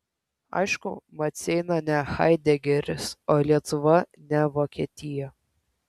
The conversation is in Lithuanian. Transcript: aišku maceina ne haidegeris o lietuva ne vokietija